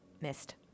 missed